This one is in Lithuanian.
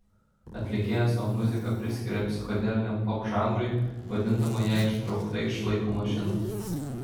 atlikėja savo muziką priskiria psichodeliniam popžanrui vadindama ją ištraukta iš laiko mašinos